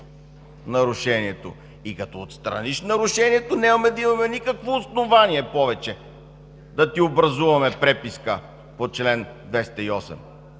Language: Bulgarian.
нарушението. И като отстраниш нарушението, няма да имаме никакво основание повече да ти образуваме преписка по чл. 208”.